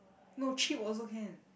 no cheap also can